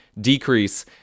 decrease